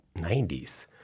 90s